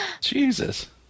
Jesus